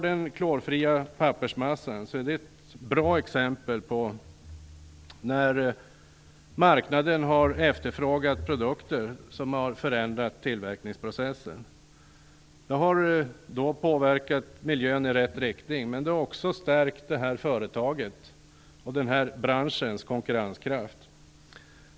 Den klorfria pappersmassan är ett bra exempel på när marknaden har efterfrågat produkter som har förändrat tillverkningsprocessen. Det har då påverkat miljön i rätt riktning, men det har också stärkt det här företagets och den här branschens konkurrenskraft.